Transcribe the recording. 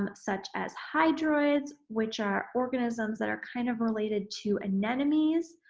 um such as hydroids which are organisms that are kind of related to an enemies,